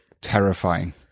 terrifying